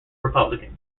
republican